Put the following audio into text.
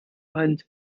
hand